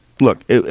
Look